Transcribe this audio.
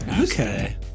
Okay